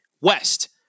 West